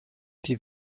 die